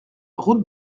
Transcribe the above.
route